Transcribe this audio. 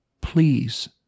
Please